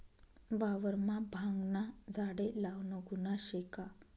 वावरमा भांगना झाडे लावनं गुन्हा शे का?